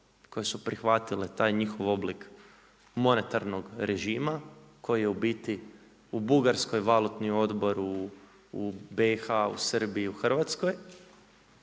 koje su prihvatile taj njihov oblik monetarnog režima, koji je u biti u Bugarskoj valutni odbor, u BIH, u Srbiji, u Hrvatskoj